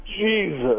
Jesus